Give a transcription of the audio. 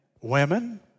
women